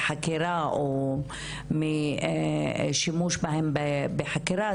בחקירה או משימוש בהם בחקירה,